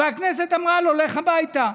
והכנסת אמרה לו: לך הביתה.